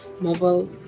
mobile